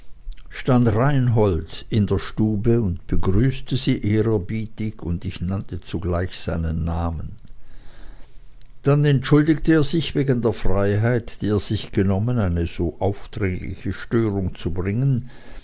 stand reinhold in der stube und begrüßte sie ehrerbietig und ich nannte zugleich seinen namen dann entschuldigte er sich wegen der freiheit die er sich genommen eine so aufdringliche störung zu bringen